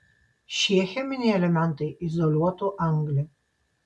šie cheminiai elementai izoliuotų anglį